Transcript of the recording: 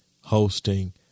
hosting